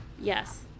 yes